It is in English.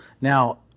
Now